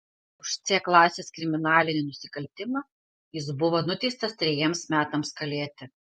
už c klasės kriminalinį nusikaltimą jis buvo nuteistas trejiems metams kalėti